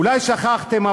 אולי שכחתם,